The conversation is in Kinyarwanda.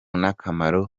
n’akamaro